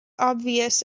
obvious